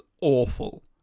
awful